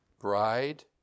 bride